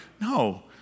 No